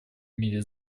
мире